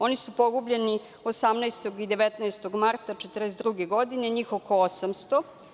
Oni su pogubljeni 18. i 19. marta 1942. godine, njih oko 800.